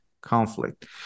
conflict